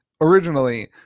originally